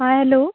आ hello